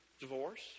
Divorce